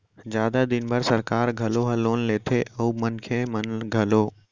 जादा दिन बर सरकार घलौ ह लोन लेथे अउ मनखे मन घलौ